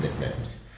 nicknames